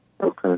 Okay